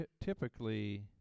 Typically